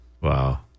Wow